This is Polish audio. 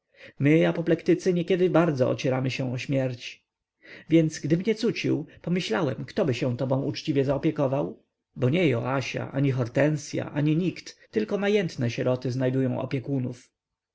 my apoplektycy niekiedy bardzo blisko ocieramy się o śmierć więc gdy mnie cucił pomyślałem ktoby się tobą uczciwie zaopiekował bo nie joasia ani hortensya ani nikt tylko majętne sieroty znajdują opiekunów